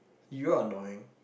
you are annoying